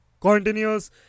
continues